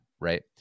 right